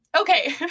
Okay